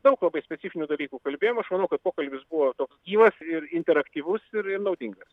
daug labai specifinių dalykų kalbėjom aš manau kad pokalbis būtų juos ir interaktyvus ir naudingas